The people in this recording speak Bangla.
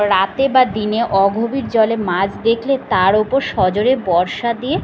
রাতে বা দিনে অগভীর জলে মাছ দেখলে তার উপর সজোরে বর্শা দিয়ে